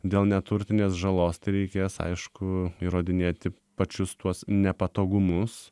dėl neturtinės žalos tereikės aišku įrodinėti pačius tuos nepatogumus